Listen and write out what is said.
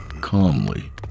calmly